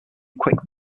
quick